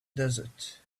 desert